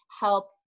help